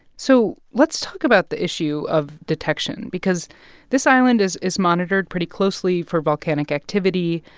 so let's talk about the issue of detection because this island is is monitored pretty closely for volcanic activity.